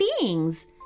beings